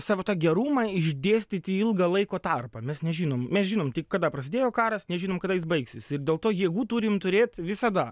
savo tą gerumą išdėstyti ilgą laiko tarpą mes nežinom mes žinom tik kada prasidėjo karas nežinom kada jis baigsis ir dėl to jėgų turim turėt visada